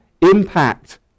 impact